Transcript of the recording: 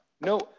no